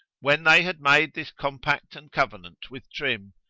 when they had made this compact and covenant with trim,